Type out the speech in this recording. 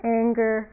anger